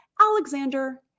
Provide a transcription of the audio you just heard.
Alexander